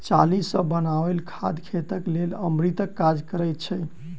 चाली सॅ बनाओल खाद खेतक लेल अमृतक काज करैत छै